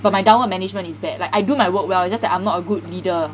but my downward management is bad like I do my work well it's just that I'm not a good leader